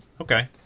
Okay